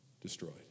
destroyed